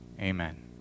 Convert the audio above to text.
Amen